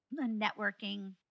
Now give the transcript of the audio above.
networking